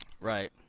Right